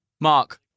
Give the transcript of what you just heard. Mark